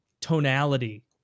tonality